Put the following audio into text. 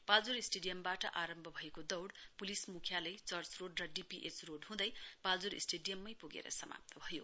पाल्डोर स्टेडियमबाट आरम्भ भएको दौड पुलिस मुख्यालय चर्च रोड र डीपीएच रोड हुँदै पाल्जोर स्टेडियममै पुगेर समाप्त भयो